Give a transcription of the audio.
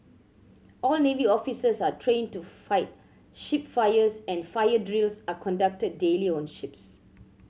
all navy officers are trained to fight ship fires and fire drills are conducted daily on ships